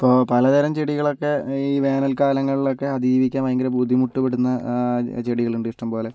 ഇപ്പോ പലതരം ചെടികളൊക്കെ ഈ വേനൽ കാലങ്ങളിലൊക്കെ അതിജീവിക്കാൻ ഭയങ്കര ബുദ്ധിമുട്ട് പെടുന്ന ചെടികളുണ്ട് ഇഷ്ടംപോലെ